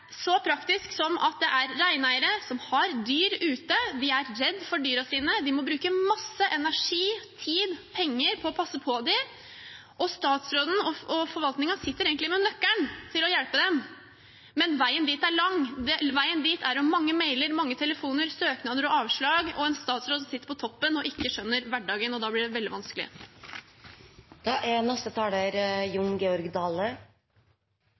så praktisk som at det er reineiere som har dyr ute, de er redd for dyrene sine, de må bruke masse energi, tid og penger på å passe på dem. Statsråden og forvaltningen sitter egentlig med nøkkelen til å hjelpe dem, men veien dit er lang. Veien dit er mange mailer, mange telefoner, søknader og avslag og en statsråd som sitter på toppen og ikke skjønner hverdagen. Da blir det veldig vanskelig. Vi sunnmøringar er